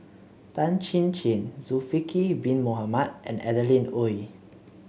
Tan Chin Chin Bin Mohamed and Adeline Ooi